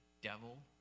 devil